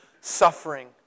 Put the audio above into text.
suffering